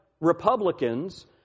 Republicans